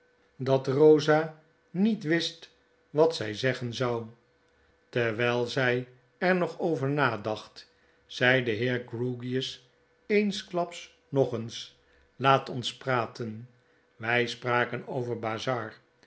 dat rosa niet wist wat zy zeggen mmmfm het geheim van edwin deood zou terwyl zy er nog over nadacht zei de heer grewgious eensklaps nog eens laat ons praten wij spraken over bazzard